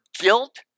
guilt